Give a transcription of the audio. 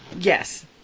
Yes